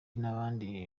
nabandi